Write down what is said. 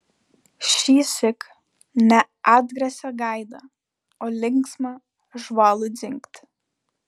šįsyk ne atgrasią gaidą o linksmą žvalų dzingt